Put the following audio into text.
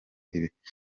ibateza